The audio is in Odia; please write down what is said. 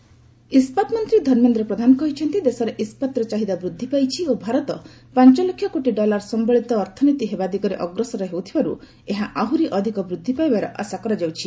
ପ୍ରଧାନ ଜାପାନ ଇସ୍କାତ୍ ମନ୍ତ୍ରୀ ଧର୍ମେନ୍ଦ୍ର ପ୍ରଧାନ କହିଛନ୍ତି ଦେଶରେ ଇସ୍କାତର ଚାହିଦା ବୃଦ୍ଧି ପାଇଛି ଓ ଭାରତ ପାଞ୍ଚ ଲକ୍ଷ କୋଟି ଡଲାର ସମ୍ଭଳିତ ଅର୍ଥନୀତି ହେବା ଦିଗରେ ଅଗ୍ରସର ହେଉଥିବାରୁ ଏହା ଆହୁରି ଅଧିକ ବୃଦ୍ଧି ପାଇବାର ଆଶା କରାଯାଉଛି